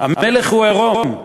המלך הוא עירום,